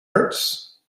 hurts